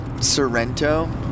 Sorrento